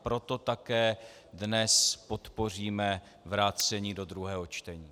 Proto také dnes podpoříme vrácení do druhého čtení.